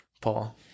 Paul